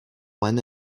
one